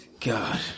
God